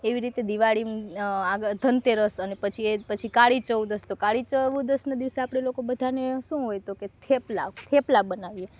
એવી રીતે દિવાળી ધનતેરસ અને પછી એ પછી કાળીચૌદસ તો કાળી ચૌદસના દિવસે આપણે લોકો બધાને શું હોય તો કે થેપલા થેપલા બનાવીએ